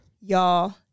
Y'all